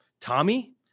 Tommy